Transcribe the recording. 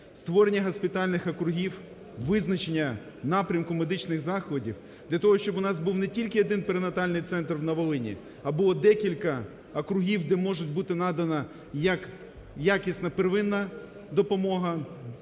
створення госпітальних округів, визначення напрямку медичних закладів для того, щоб у нас був не тільки один перинатальний центр на Волині, а було декілька округів, де може бути надана як якісна первинна допомога,